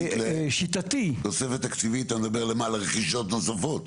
תוספת תקציבית למה, לרכישות נוספות?